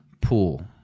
pool